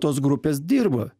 tos grupės dirba